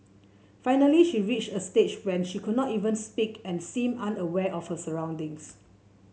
finally she reached a stage when she could not even speak and seemed unaware of her surroundings